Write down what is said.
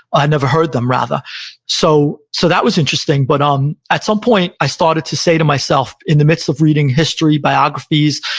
i never heard them, rather so so that was interesting, but um at some point, i started to say to myself in the midst of reading history, biographies,